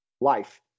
life